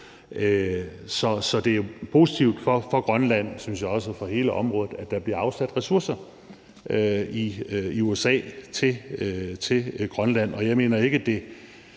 det er positivt for Grønland og for hele området, at der bliver afsat ressourcer i USA til Grønland.